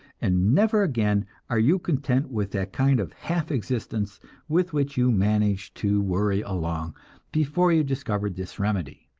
and never again are you content with that kind of half existence with which you managed to worry along before you discovered this remedy.